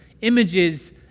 images